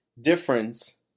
difference